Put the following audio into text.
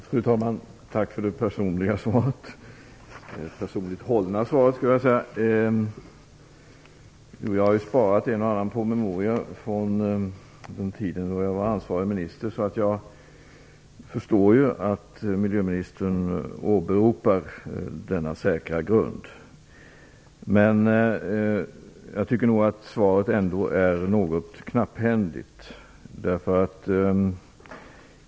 Fru talman! Tack för det personligt hållna svaret! Jag har sparat en och annan promemoria från den tid jag var ansvarig minister, så jag förstår att miljöministern åberopar denna säkra grund. Men jag tycker nog att svaret ändå är något knapphändigt.